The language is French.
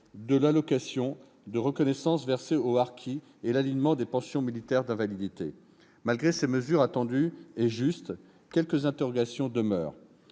de l'allocation de reconnaissance versée aux harkis et l'alignement des pensions militaires d'invalidité. Malgré ces mesures attendues et justes, quelques interrogations demeurent.